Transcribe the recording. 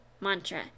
mantra